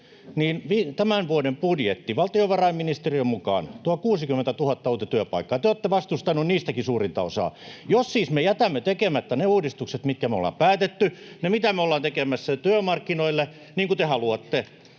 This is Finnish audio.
niin tämän vuoden budjetti tuo valtiovarainministeriön mukaan 60 000 uutta työpaikkaa. Te olette vastustaneet niistäkin suurinta osaa. Jos siis me jätämme tekemättä ne uudistukset, mitkä me ollaan päätetty, ne, mitä me ollaan tekemässä työmarkkinoille — niin kuin te haluatte